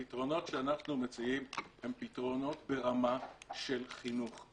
הפתרונות שאנחנו מציעים הם פתרונות ברמה של חינוך.